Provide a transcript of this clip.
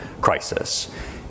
crisis